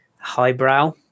highbrow